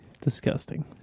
Disgusting